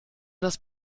das